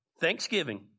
Thanksgiving